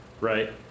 right